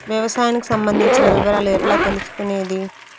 వ్యవసాయానికి సంబంధించిన వివరాలు ఎట్లా తెలుసుకొనేది?